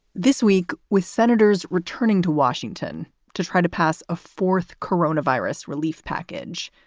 this week, with senators returning to washington to try to pass a fourth corona virus relief package,